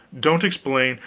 don't explain,